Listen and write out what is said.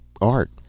art